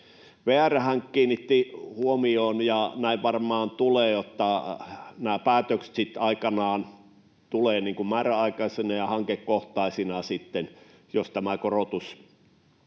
kiinnitti huomion siihen, ja näin varmaan tulee, että nämä päätökset sitten aikanaan tulevat määräaikaisina ja hankekohtaisina, jos tämä korotus